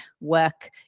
work